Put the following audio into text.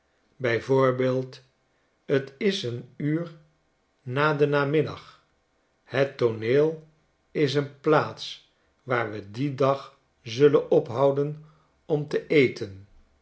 t is een uur na den namiddag het tooneel is een plaats waar we dien dag zullen ophouden om te eten